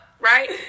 right